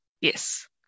yes